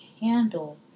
handle